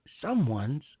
someone's